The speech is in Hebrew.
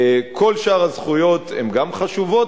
כל שאר הזכויות גם הן חשובות,